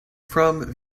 from